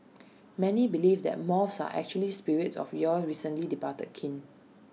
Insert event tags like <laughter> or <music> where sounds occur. <noise> many believe that moths are actually spirits of your recently departed kin